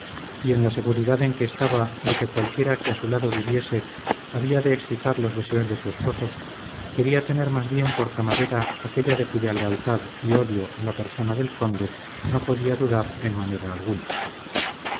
y en la seguridad en que estaba de que cualquiera que a su lado viviese había de excitar los deseos de su esposo quería tener más bien por camarera aquélla de cuya lealtad y odio a la persona del conde no podía dudar en manera alguna